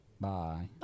Bye